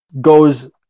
goes